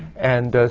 and so,